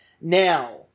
Now